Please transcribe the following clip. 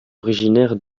originaire